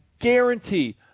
guarantee